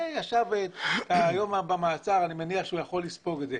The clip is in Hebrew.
הוא ישב במעצר ואני מניח שהוא יכול לספוג את זה,